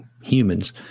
humans